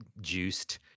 juiced